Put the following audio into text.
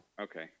okay